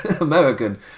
American